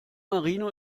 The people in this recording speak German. marino